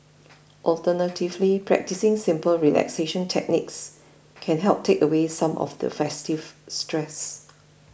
alternatively practising simple relaxation techniques can help take away some of the festive stress